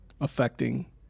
affecting